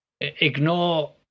ignore